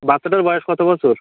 বাচ্চাটার বয়স কতো বছর